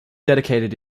dedicated